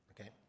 Okay